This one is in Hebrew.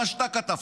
מה שאתה כתבת.